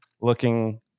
looking